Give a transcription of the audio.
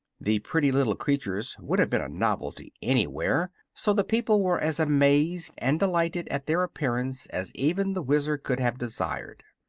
the pretty little creatures would have been a novelty anywhere, so the people were as amazed and delighted at their appearance as even the wizard could have desired.